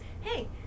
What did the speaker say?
Hey